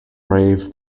brave